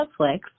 Netflix